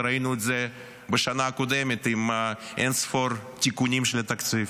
וראינו את זה בשנה הקודמת עם אין-ספור תיקונים של התקציב.